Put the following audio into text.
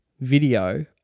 video